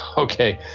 ah okay,